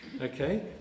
Okay